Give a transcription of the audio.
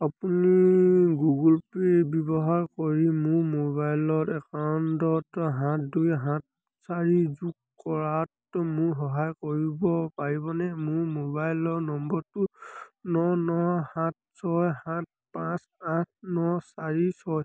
আপুনি Google pay ব্যৱহাৰ কৰি মোৰ মোবাইল একাউণ্টত সাত দুই সাত চাৰি যোগ কৰাত মোক সহায় কৰিব পাৰিবনে মোৰ মোবাইল নম্বৰটো ন ন সাত ছয় সাত পাঁচ আঠ ন চাৰি ছয়